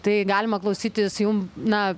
tai galima klausytis jų na